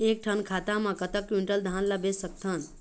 एक ठन खाता मा कतक क्विंटल धान ला बेच सकथन?